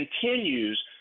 continues